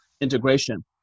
integration